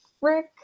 Rick